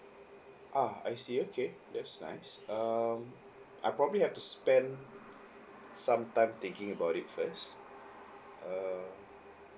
ah I see okay that's nice um I probably have to spend some time thinking about it first err